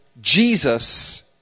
Jesus